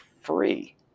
free